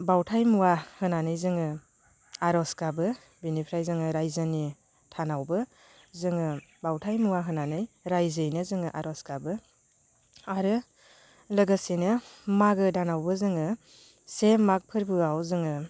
बावथाय मुवा होनानै जोङो आरज गाबो बेनिफ्राय जोङो रायजोनि थानावबो जोङो बावथाय मुवा होनानै रायजोयैनो जोङो आरज गाबो आरो लोगोसेनो मागो दानावबो जोङो से मागो फोरबोआव जोङो